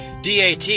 DAT